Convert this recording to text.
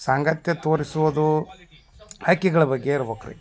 ಸಾಂಗತ್ಯ ತೋರಿಸುವುದು ಹಕ್ಕಿಗಳ ಬಗ್ಗೆ ಇರ್ಬೇಕ್ರಿ